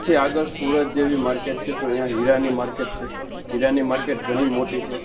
એથી આગળ સુરત જેવી માર્કેટ છે તો અહીંયા હીરાની માર્કેટ છે હીરાની માર્કેટ ઘણું મોટું છે